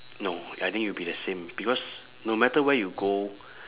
no I think it'll be the same because no matter where you go